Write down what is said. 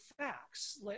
facts